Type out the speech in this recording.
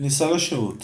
כניסה לשירות